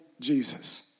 Jesus